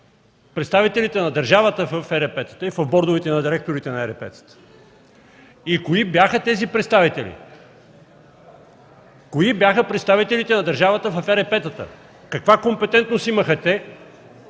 представителите на държавата в ЕРП-тата и в бордовете на директорите на ЕРП-тата? И кои бяха тези представители? Кои бяха представителите на държавата в ЕРП-тата? Каква компетентност имаха те